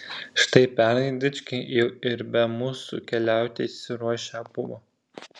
štai pernai dičkiai jau ir be mūsų keliauti išsiruošę buvo